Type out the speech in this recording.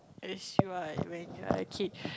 as you are when you are a kid